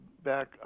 back